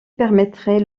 permettrait